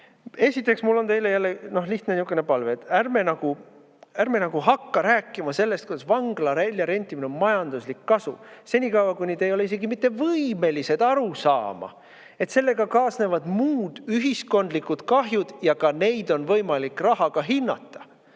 Esiteks, mul on teile nihukene lihtne palve. Ärme hakkame rääkima sellest, kuidas vangla väljarentimine on majanduslik kasu, senikaua, kuni te ei ole isegi mitte võimelised aru saama, et sellega kaasnevad muud ühiskondlikud kahjud ja ka neid on võimalik rahaga hinnata.